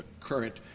current